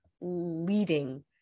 leading